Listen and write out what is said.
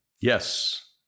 Yes